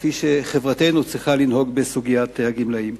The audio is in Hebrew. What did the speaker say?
כפי שחברתנו צריכה לנהוג בסוגיית הגמלאים.